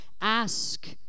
Ask